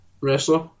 wrestler